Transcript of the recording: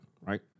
right